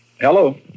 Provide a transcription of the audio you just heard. Hello